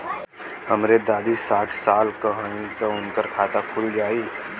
हमरे दादी साढ़ साल क हइ त उनकर खाता खुल जाई?